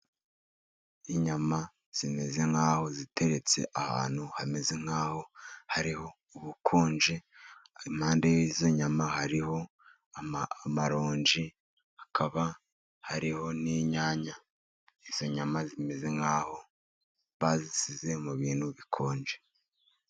Inyama zimeze nkaho ziteretse ahantu hameze nkaho hariho ubukonje, impande y'izo nyama hariho amaronji hakaba hariho n'inyanya, izo nyama zimeze nkaho bazisize mu bintu bikonje.